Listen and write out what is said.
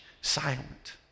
silent